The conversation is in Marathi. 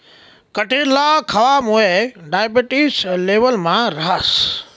कटिरला खावामुये डायबेटिस लेवलमा रहास